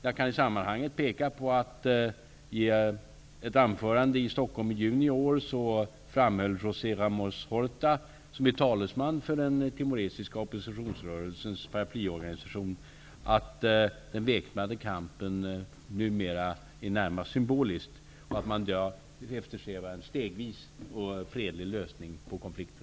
Jag kan i sammanhanget peka på att José Ramon Horta, som är talesman för den timoristiska oppositionsrörelsens paraplyorganisation, i ett anförande i Stockholm i juni i år framhöll att den väpnade kampen numera närmast är symbolisk och att man i dag eftersträvar en stegvis, fredlig lösning på konflikten.